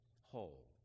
whole